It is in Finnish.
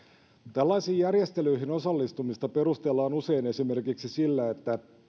tällaisiin järjestelyihin osallistumista perustellaan usein esimerkiksi sillä että